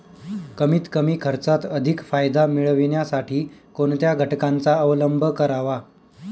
कमीत कमी खर्चात अधिक फायदा मिळविण्यासाठी कोणत्या घटकांचा अवलंब करावा?